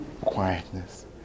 quietness